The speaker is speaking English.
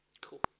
Cool